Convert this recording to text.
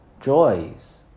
Joys